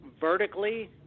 Vertically